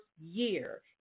year